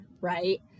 right